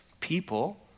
people